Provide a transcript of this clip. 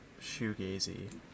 shoegazy